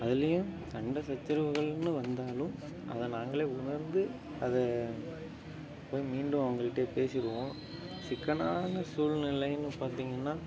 அதிலையும் சண்டை சச்சரவுகள்னு வந்தாலும் அதை நாங்களே உணர்ந்து அதை போய் மீண்டும் அவங்கள்ட்டே பேசிடுவோம் சிக்கலான சூழ்நிலைன்னு பார்த்திங்கன்னா